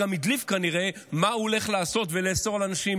וגם הדליף כנראה מה הוא הולך לעשות ולאסור על אנשים,